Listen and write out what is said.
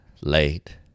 late